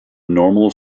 normal